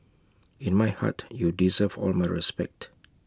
in my heart you deserve all my respect